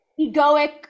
egoic